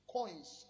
Coins